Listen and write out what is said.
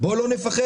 בואו לא נפחד.